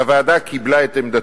והוועדה קיבלה את עמדתו.